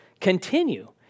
continue